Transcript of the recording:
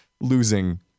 losing